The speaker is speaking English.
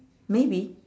maybe